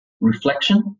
reflection